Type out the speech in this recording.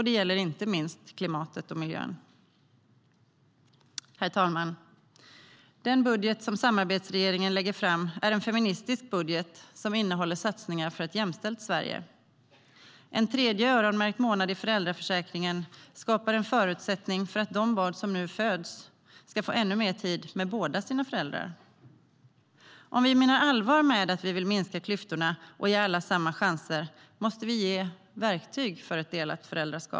Det gäller inte minst klimatet och miljön. Herr talman! Den budget som samarbetsregeringen lägger fram är en feministisk budget som innehåller satsningar för ett jämställt Sverige. En tredje öronmärkt månad i föräldraförsäkringen skapar förutsättningar för att de barn som nu föds ska få ännu mer tid med båda sina föräldrar. Om vi menar allvar med att vi vill minska klyftorna och ge alla samma chanser måste vi ge verktyg för ett delat föräldraskap.